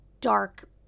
dark